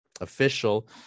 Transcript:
official